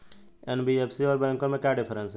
NBFC और बैंकों में क्या डिफरेंस है?